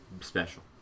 special